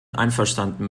einverstanden